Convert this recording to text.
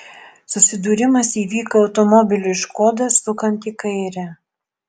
susidūrimas įvyko automobiliui škoda sukant į kairę